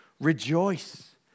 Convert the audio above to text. Rejoice